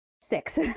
six